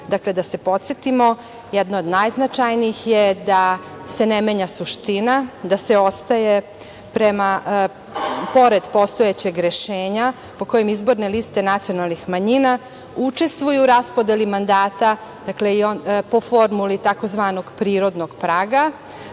kolega. Da se podsetimo, jedna od najznačajnijih je da se ne menja suština, da se ostaje, pored postojećeg rešenja po kojem izborne liste nacionalnih manjina učestvuju u raspodeli mandata, po formuli tzv. prirodnog praga,